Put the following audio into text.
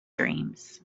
dreams